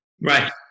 Right